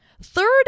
Third